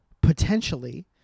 potentially